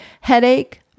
headache